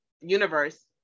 universe